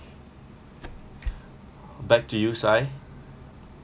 back to you Si